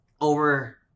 over